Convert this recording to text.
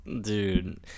dude